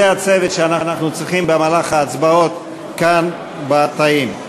זה הצוות שאנחנו צריכים במהלך ההצבעות כאן בתאים.